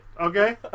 Okay